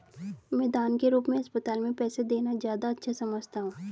मैं दान के रूप में अस्पताल में पैसे देना ज्यादा अच्छा समझता हूँ